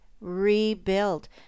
rebuild